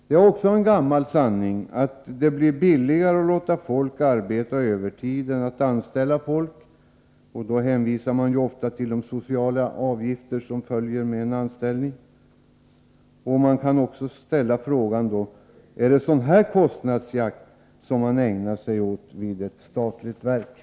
Det är en gammal sanning att det blir billigare att låta folk arbeta på övertid än att anställa ny personal. De som hävdar detta hänvisar ofta till de sociala avgifter som följer med en anställning. Man kan ställa sig frågan: Är det en sådan kostnadsjakt man ägnar sig åt vid ett statligt verk?